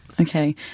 Okay